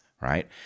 right